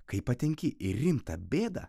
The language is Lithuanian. kai patenki į rimtą bėdą